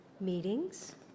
meetings